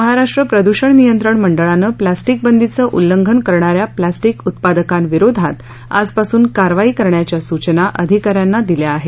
महाराष्ट्र प्रदुषण नियंत्रण मंडळानं प्लास्टिक बंदीचं उल्लंघन करणा या प्लास्टिक उत्पादकांविरोधात आजपासून कारवाई करण्याच्या सूचना अधिकाऱ्यांना दिल्या आहेत